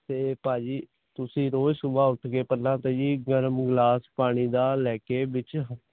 ਤਾਂ ਭਾਜੀ ਤੁਸੀਂ ਰੋਜ਼ ਸੁਬਹ ਉੱਠ ਕੇ ਪਹਿਲਾਂ ਤਾਂ ਜੀ ਗਰਮ ਗਲਾਸ ਪਾਣੀ ਦਾ ਲੈ ਕੇ ਵਿੱਚ